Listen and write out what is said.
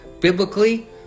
biblically